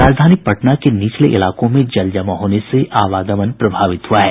राजधानी पटना के निचले इलाकों में जल जमाव होने से आवागमन प्रभावित हुआ है